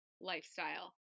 lifestyle